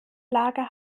lager